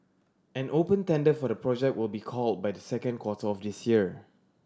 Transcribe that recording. an open tender for the project will be call by the second quarter of this year